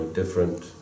different